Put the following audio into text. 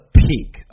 peak